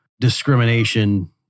discrimination